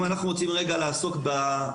אם אנחנו רוצים לעסוק בהווה,